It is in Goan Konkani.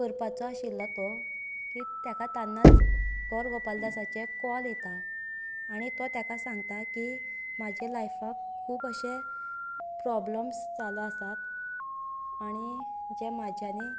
करपाचो आशिल्लो तो की ताका तेन्नाच गौर गोपालदासाचें कॉल येता आनी तो तेका सांगता की म्हाजें लायफाक खूब अशे प्रोब्लम्स चालू आसात आनी जे म्हज्यानी